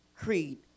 creed